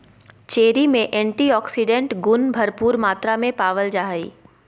cherry में antioxidants गुण भरपूर मात्रा में पावल जा हइ